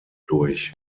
durch